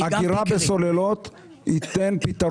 אגירה בסוללות ייתן פתרון מעולה.